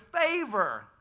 favor